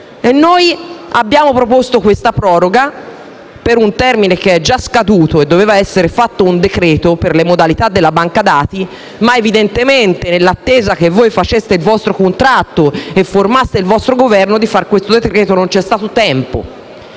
Noi abbiamo proposto una proroga per un termine che è già scaduto. Doveva essere fatto un decreto per le modalità della banca dati, ma nell'attesa che voi faceste il vostro contratto e formaste il vostro Governo, per fare questo decreto non c'è stato tempo.